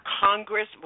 Congress